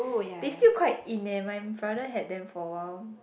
they still quite in leh my father had them for a while